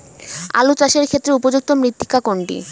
আলু চাষের ক্ষেত্রে উপযুক্ত মৃত্তিকা কোনটি?